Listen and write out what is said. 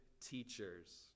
teachers